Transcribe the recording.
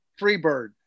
Freebird